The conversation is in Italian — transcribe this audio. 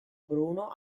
bruno